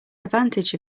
advantage